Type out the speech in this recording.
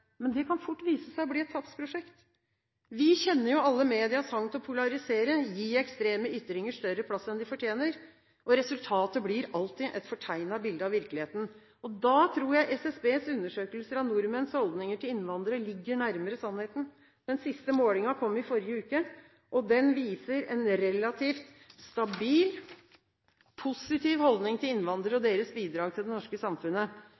Det kan fort vise seg å bli et tapsprosjekt. Vi kjenner alle medias hang til å polarisere, gi ekstreme ytringer større plass enn de fortjener. Resultatet blir alltid et fortegnet bilde av virkeligheten. Da tror jeg SSBs undersøkelser av nordmenns holdninger til innvandrere ligger nærmere sannheten. Den siste målingen kom i forrige uke, og den viser en relativt stabil, positiv holdning til innvandrere og deres bidrag til det norske samfunnet.